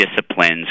disciplines